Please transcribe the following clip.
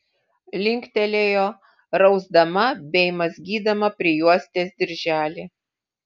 linktelėjo rausdama bei mazgydama prijuostės dirželį